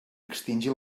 extingir